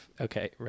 Okay